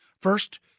First